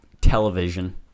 Television